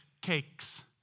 cakes